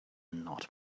not